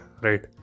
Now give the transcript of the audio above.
right